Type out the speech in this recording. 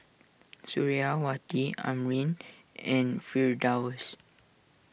Suriawati Amrin and Firdaus